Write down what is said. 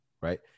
right